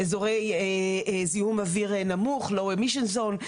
אזורי זיהום אוויר נמוך, low emission zone.